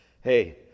hey